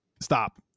Stop